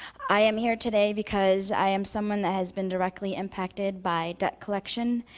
i am here today because i am someone that has been directly impacted by debt collection,